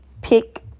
pick